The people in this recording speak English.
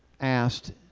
asked